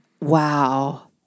wow